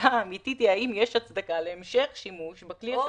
השאלה האמיתית היא האם יש הצדקה להמשך שימוש בכלי השב"כ,